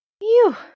Phew